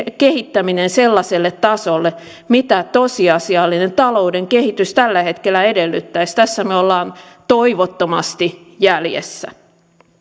kehittäminen sellaiselle tasolle mitä tosiasiallinen talouden kehitys tällä hetkellä edellyttäisi tässä me olemme toivottomasti jäljessä